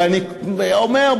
ואני אומר,